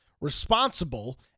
responsible